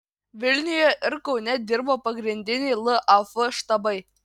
vilniuje ir kaune dirbo pagrindiniai laf štabai